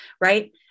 right